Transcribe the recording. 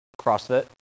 CrossFit